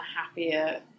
happier